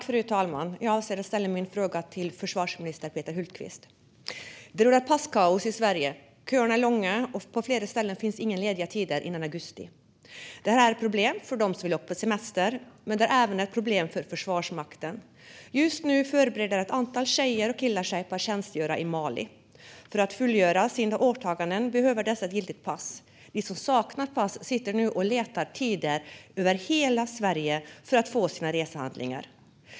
Fru talman! Jag avser att ställa min fråga till försvarsminister Peter Hultqvist. Det råder passkaos i Sverige. Köerna är långa, och på flera ställen finns inga lediga tider före augusti. Det här är ett problem för dem som vill åka på semester, men det är även ett problem för Försvarsmakten. Just nu förbereder sig ett antal tjejer och killar på att tjänstgöra i Mali. För att fullgöra sina åtaganden behöver de giltiga pass. De som saknar pass sitter nu och letar tider över hela Sverige för att få sina resehandlingar.